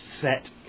Set